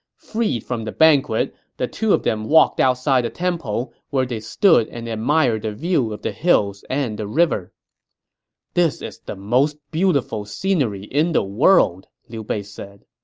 freed from the banquet, the two of them walked outside the temple, where they stood and admired the view of the hills and river this is the most beautiful scenery in the world! liu bei said.